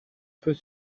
peut